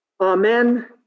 Amen